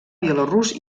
bielorús